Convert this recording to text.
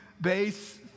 base